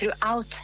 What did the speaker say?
throughout